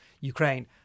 Ukraine